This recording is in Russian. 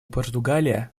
португалия